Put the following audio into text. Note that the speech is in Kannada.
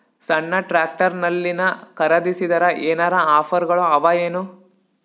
ಸಣ್ಣ ಟ್ರ್ಯಾಕ್ಟರ್ನಲ್ಲಿನ ಖರದಿಸಿದರ ಏನರ ಆಫರ್ ಗಳು ಅವಾಯೇನು?